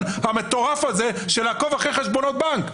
המטורף הזה של לעקוב אחרי חשבונות בנק,